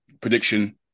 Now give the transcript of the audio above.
prediction